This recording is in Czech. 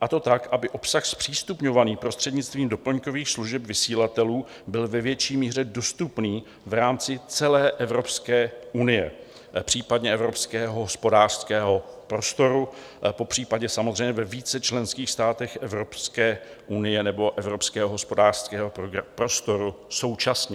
a to tak, aby obsah zpřístupňovaný prostřednictvím doplňkových služeb vysílatelů byl ve větší míře dostupný v rámci celé Evropské unie, případně evropského hospodářského prostoru, popřípadě samozřejmě ve více členských státech Evropské unie nebo evropského hospodářského prostoru současně.